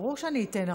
ברור שאני אתן.